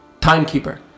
Timekeeper